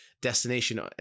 destination